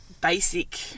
basic